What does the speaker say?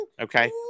Okay